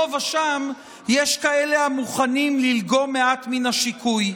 פה ושם יש כאלה המוכנים ללגום מעט מן השיקוי.